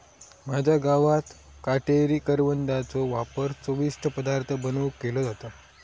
माझ्या गावात काटेरी करवंदाचो वापर चविष्ट पदार्थ बनवुक केलो जाता